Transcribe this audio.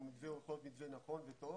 הוא מתווה נכון וטוב,